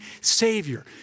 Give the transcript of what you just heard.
Savior